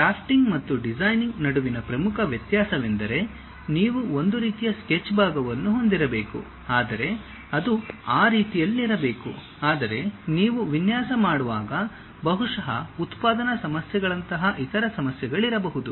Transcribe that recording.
drafting ಮತ್ತು designing ನಡುವಿನ ಪ್ರಮುಖ ವ್ಯತ್ಯಾಸವೆಂದರೆ ನೀವು ಒಂದು ರೀತಿಯ ಸ್ಕೆಚ್ ಭಾಗವನ್ನು ಹೊಂದಿರಬೇಕು ಆದರೆ ಅದು ಆ ರೀತಿಯಲ್ಲಿರಬೇಕು ಆದರೆ ನೀವು ವಿನ್ಯಾಸ ಮಾಡುವಾಗ ಬಹುಶಃ ಉತ್ಪಾದನಾ ಸಮಸ್ಯೆಗಳಂತಹ ಇತರ ಸಮಸ್ಯೆಗಳಿರಬಹುದು